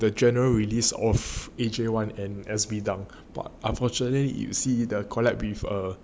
the general release of A_J one and S_B dunk but unfortunately you see the collab with err